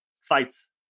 fights